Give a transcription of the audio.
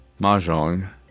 Mahjong